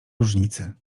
różnicy